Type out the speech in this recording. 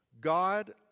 God